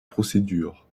procédures